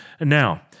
Now